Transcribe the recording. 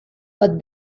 but